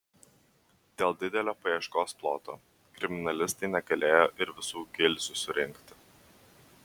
dėl didelio paieškos ploto kriminalistai negalėjo ir visų gilzių surinkti